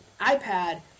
iPad